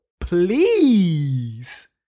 please